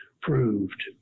proved